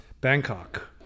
bangkok